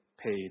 Paid